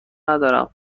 ندارم